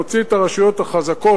נוציא את הרשויות החזקות,